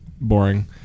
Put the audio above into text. boring